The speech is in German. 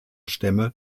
stämme